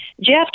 Jeff